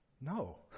No